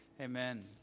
amen